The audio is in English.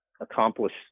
accomplish